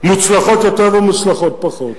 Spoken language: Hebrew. מוצלחות יותר ומוצלחות פחות.